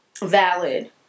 valid